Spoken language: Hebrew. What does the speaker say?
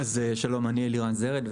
שמי אלירן זרד,